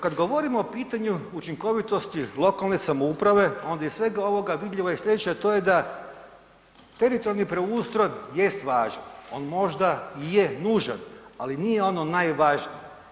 Kad govorimo o pitanju učinkovitosti lokalne samouprave, onda iz svega ovoga vidljivo je i slijedeće a to je da teritorijalni preustroj jest važan, on možda i je nužan ali nije ono najvažnije.